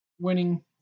winning